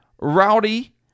Rowdy